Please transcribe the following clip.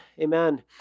amen